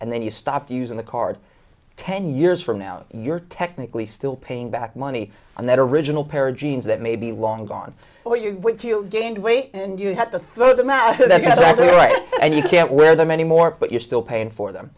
and then you stop using the card ten years from now and you're technically still paying back money on that original pair of jeans that may be long gone or you gained weight and you had to throw them out and you can't wear them anymore but you're still paying for them